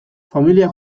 familia